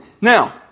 Now